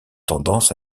tendance